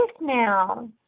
now